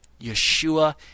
Yeshua